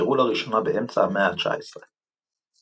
נסקרו לראשונה באמצע המאה התשע עשרה.